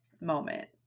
moment